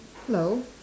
hello